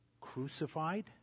crucified